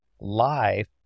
life